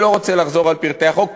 אני לא רוצה לחזור על פרטי החוק,